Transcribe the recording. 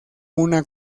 una